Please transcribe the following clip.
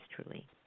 truly